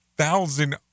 thousand